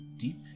deep